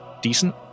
decent